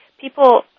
people